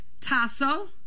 Tasso